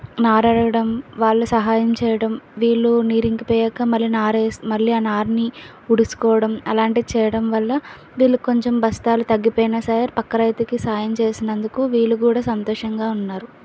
నారు అడగడం వాళ్ళు సహాయం చేయడం వీళ్ళు నీరు ఇంకిపోయాక మళ్ళీ నారుని వేసుకుని మళ్ళీ ఆ నారుని ఉడుసుకోవడం అలాంటివి చేయడం వలన వీళ్ళు కొంచెం బస్తాలు తగ్గిపోయిన సరే పక్క రైతుకి సహాయం చేసినందుకు వీళ్ళు కూడా సంతోషంగా ఉన్నారు